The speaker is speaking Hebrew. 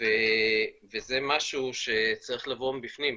וזה משהו שצריך לבוא מבפנים.